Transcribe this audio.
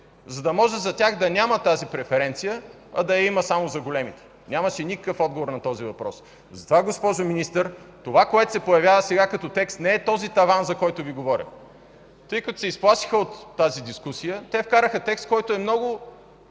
за да може за тях да няма тази преференция, а да я има само за големите? Нямаше никакъв отговор на този въпрос. Затова, госпожо Министър, това, което се появява сега като текст не е този таван, за който Ви говорим. Тъй като се изплашиха от тази дискусия, те вкараха текст, който е много